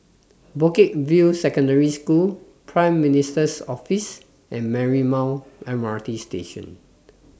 Bukit View Secondary School Prime Minister's Office and Marymount M R T Station